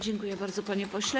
Dziękuję bardzo, panie pośle.